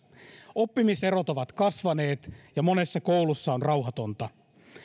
oppimiserot ovat kasvaneet ja monessa koulussa on rauhatonta